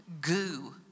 goo